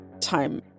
time